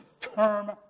term